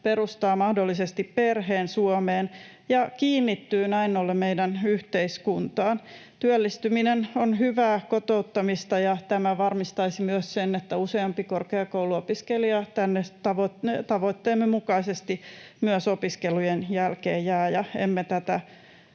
perustaa mahdollisesti perheen Suomeen ja kiinnittyy näin ollen meidän yhteiskuntaan. Työllistyminen on hyvää kotouttamista, ja tämä varmistaisi myös sen, että useampi korkeakouluopiskelija tänne tavoitteemme mukaisesti myös opiskelujen jälkeen jää.